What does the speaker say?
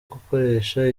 gukoresha